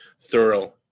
thorough